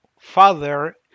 father